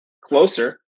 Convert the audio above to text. closer